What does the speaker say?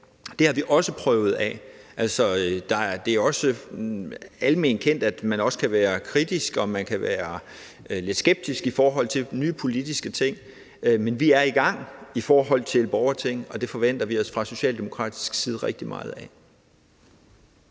har vi også prøvet af. Det er også alment kendt, at man også kan være kritisk og lidt skeptisk i forhold til nye politiske tiltag, men vi er i gang i forhold til et borgerting, og det forventer vi os fra socialdemokratisk side rigtig meget af.